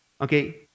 Okay